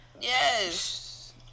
Yes